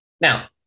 Now